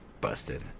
busted